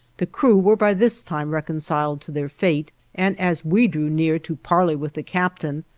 the crew were by this time reconciled to their fate and, as we drew near to parley with the captain,